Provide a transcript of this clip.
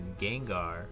Gengar